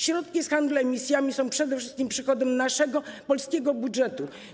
Środki z handlu emisjami są przede wszystkim przychodem naszego polskiego budżetu.